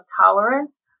tolerance